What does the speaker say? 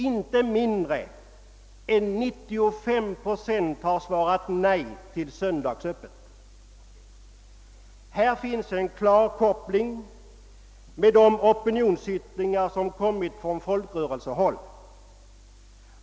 Inte mindre än 95 procent har svarat nej till söndagsöppet. Här finns en klar koppling med de opinionsyttringar som har kommit från folkrörelsehåll.